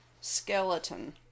skeleton